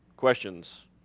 Questions